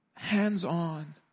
hands-on